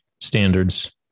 standards